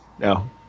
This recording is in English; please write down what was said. No